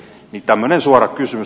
tämmöinen suora kysymys